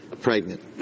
pregnant